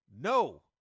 No